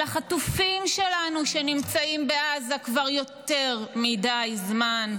על החטופים שלנו שנמצאים בעזה כבר יותר מדי זמן.